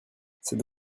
cette